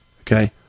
okay